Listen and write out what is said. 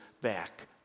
back